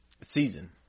season